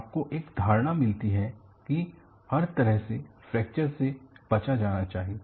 आपको एक धारणा मिलती है की हर तरह से फ्रैक्चर से बचा जाना चाहिए